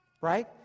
right